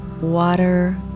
water